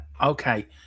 okay